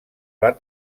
van